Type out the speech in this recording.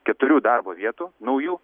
keturių darbo vietų naujų